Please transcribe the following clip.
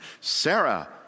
Sarah